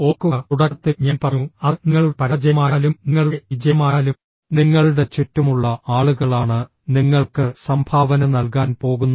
ഓർക്കുക തുടക്കത്തിൽ ഞാൻ പറഞ്ഞു അത് നിങ്ങളുടെ പരാജയമായാലും നിങ്ങളുടെ വിജയമായാലും നിങ്ങളുടെ ചുറ്റുമുള്ള ആളുകളാണ് നിങ്ങൾക്ക് സംഭാവന നൽകാൻ പോകുന്നത്